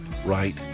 right